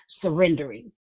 surrendering